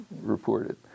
reported